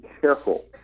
careful